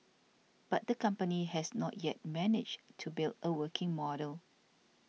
but the company has not yet managed to build a working model